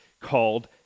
called